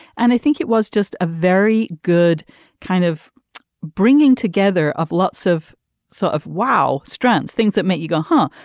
and i think it was just a very good kind of bringing together of lots of sort so of wow strengths things that make you go huh.